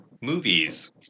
movies